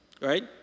Right